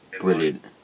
Brilliant